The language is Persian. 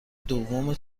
دوم